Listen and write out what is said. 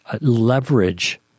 leverage